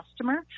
customer